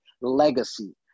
legacy